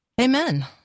Amen